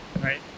right